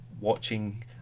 watching